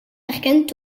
herkent